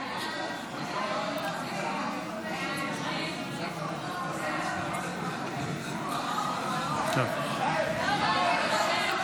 הצעת סיעת יש עתיד להביע אי-אמון בממשלה לא נתקבלה.